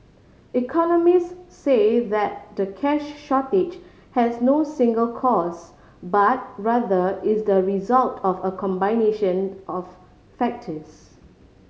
economist say that the cash shortage has no single cause but rather is the result of a combination of factors